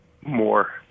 more